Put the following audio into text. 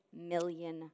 million